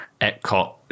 Epcot